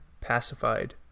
pacified